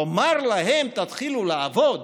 לומר להם "תתחילו לעבוד"?